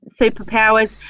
superpowers